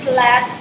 let